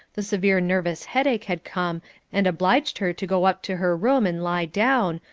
the severe nervous headache had come and obliged her to go up to her room and lie down,